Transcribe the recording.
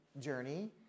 journey